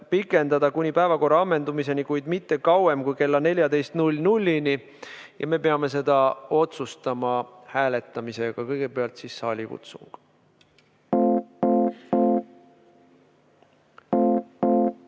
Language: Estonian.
pikendada kuni päevakorra ammendumiseni, kuid mitte kauem kui kella 14-ni. Me peame seda otsustama hääletamisega. Kõigepealt siis saalikutsung. Lugupeetud